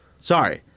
Sorry